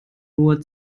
nur